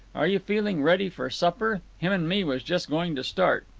are you feeling ready for supper? him and me was just going to start.